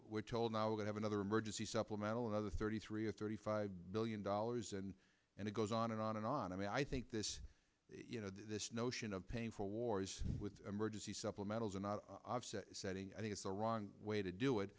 we're told now they have another emergency supplemental another thirty three or thirty five billion dollars and and it goes on and on and on i mean i think this you know this notion of paying for wars with emergency supplementals and setting i think it's the wrong way to do it